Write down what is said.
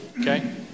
Okay